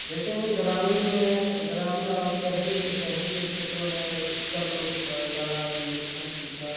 जैसे ही ग्रामीण में ग्रामीण और शहरी शहरी के क्षेत्रों में सब लोग पर लगा इंजेक्सन टीका